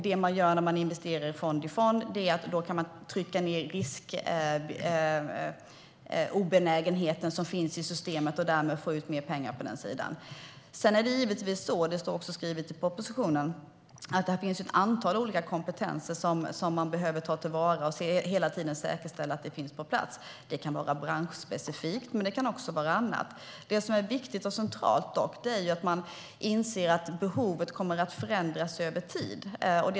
Det man gör när man investerar i fond-i-fond är att man trycker ned riskobenägen-heten i systemet och därmed kan få ut mer pengar på den sidan. Sedan är det givetvis så - det står också skrivet i propositionen - att det finns ett antal olika kompetenser som man behöver ta till vara för att hela tiden säkerställa att de finns på plats. Det kan vara branschspecifikt, men det kan också vara annat. Det som är viktigt och centralt är att man inser att behovet kommer att förändras över tid.